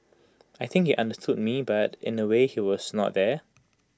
I think he understood me but in A way he was not there